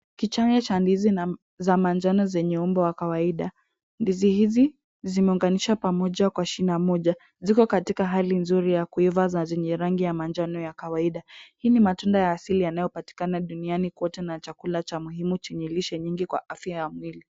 Kichane cha ndizi za manjano zenye umbo wa kawaida. Ndizi hizi zimeunganisha pamoja kwa shina moja. Ziko katika hali nzuri ya kuiva za zenye rangi ya manjano ya kawaida. Hii ni matunda ya asili yanayopatikana duniani kote na chakula cha muhimu chenye lishe nyingi kwa afya ya mwili.